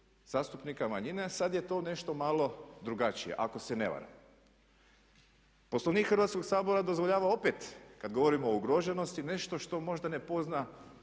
zastupnika manjina a sada je to nešto malo drugačije ako se ne varam. Poslovnik Hrvatskoga sabora dozvoljava opet, kada govorimo o ugroženosti nešto što možda ne pozna